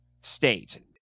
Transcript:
state